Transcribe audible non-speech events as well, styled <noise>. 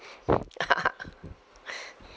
<laughs>